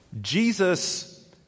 Jesus